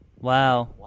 wow